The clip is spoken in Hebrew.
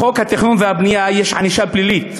בחוק התכנון והבנייה יש ענישה פלילית,